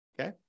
Okay